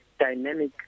Dynamic